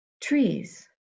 trees